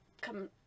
come